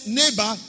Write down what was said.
neighbor